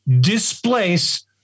displace